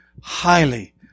highly